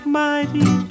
mighty